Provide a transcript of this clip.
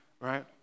right